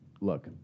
look